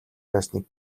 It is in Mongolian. байсныг